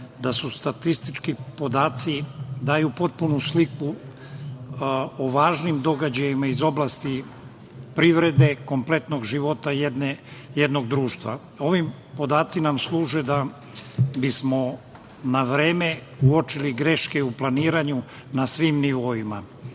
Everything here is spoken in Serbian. da statistički podaci daju potpunu sliku o važnim događajima iz oblasti privrede, kompletnog života jednog društva. Ovi podaci nam služe da bismo na vreme uočili greške u planiranju na svim nivoima.